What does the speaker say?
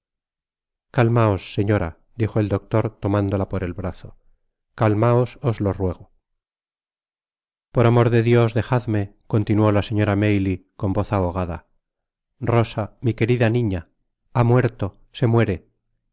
calmaos señora dijo el doctor tomándola por el brazo calmaos os lo ruego por amor de dios dejadme continuó la señora maylie con voz ahogada rosa mi querida niña lía muerto se muere